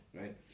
right